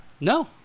No